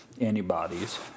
antibodies